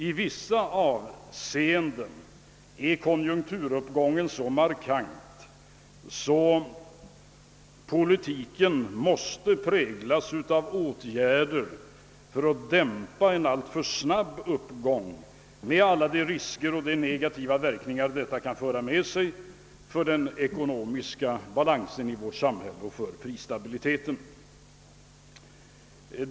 I vissa avseenden är konjunkturuppgången så markant att politiken måste präglas av åtgärder för att dämpa en alltför snabb uppgång, med alla de risker och negativa verkningar en sådan kan föra med sig för den ekonomiska balansen i vårt samhälle och för prisstabiliteten.